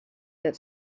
that